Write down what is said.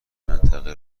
منطقه